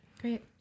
Great